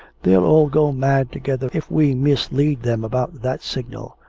they'll all go mad together if we mislead them about that signal.